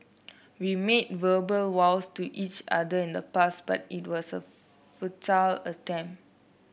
we made verbal vows to each other in the past but it was a futile attempt